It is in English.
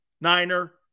Niner